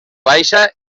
baixa